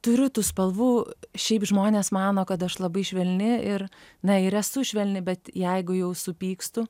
turiu tų spalvų šiaip žmonės mano kad aš labai švelni ir na ir esu švelni bet jeigu jau supykstu